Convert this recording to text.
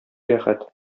рәхәт